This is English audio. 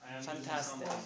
Fantastic